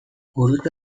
gurutze